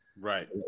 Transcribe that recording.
Right